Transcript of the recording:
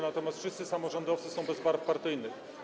natomiast wszyscy samorządowcy są bez barw partyjnych.